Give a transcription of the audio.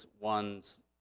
one's